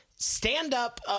stand-up